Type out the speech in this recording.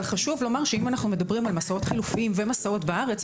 חשוב לומר שאם אנחנו מדברים על מסעות חלופיים ומסעות בארץ,